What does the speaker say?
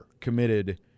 committed